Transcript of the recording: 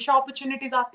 opportunities